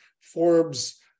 Forbes